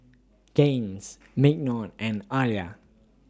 Gaines Mignon and Aliyah